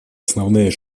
основные